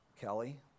Kelly